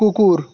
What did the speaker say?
কুকুর